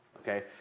okay